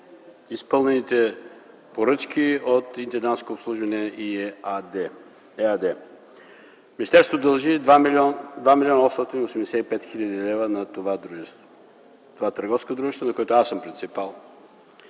изпълнените поръчки от „Интендантско обслужване” ЕАД? Министерството дължи 2 млн. 885 хил. лв. на това търговско дружество, на което аз съм принципал.